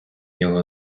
його